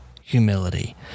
humility